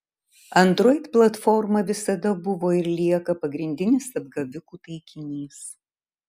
android platforma visada buvo ir lieka pagrindinis apgavikų taikinys